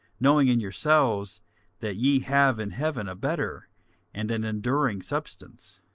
knowing in yourselves that ye have in heaven a better and an enduring substance.